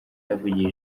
yavugiye